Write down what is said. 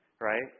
right